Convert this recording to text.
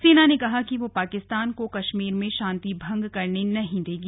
सेना ने कहा कि वह पाकिस्तान को कश्मीर में शांति भंग करने नहीं देगी